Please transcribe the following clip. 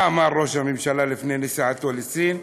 מה אמר ראש הממשלה לפני נסיעתו לסין?